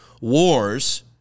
wars